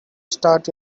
start